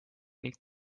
ning